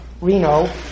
Reno